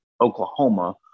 oklahoma